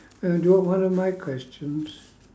oh do you want one of my questions